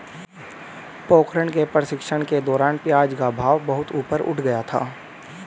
पोखरण के प्रशिक्षण के दौरान प्याज का भाव बहुत ऊपर उठ गया था